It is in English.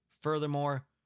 Furthermore